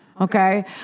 okay